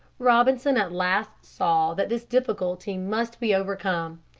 robinson at last saw that this difficulty must be overcome.